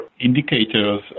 indicators